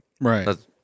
right